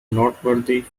noteworthy